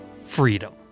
freedom